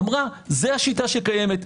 אמרה: זה השיטה שקיימת,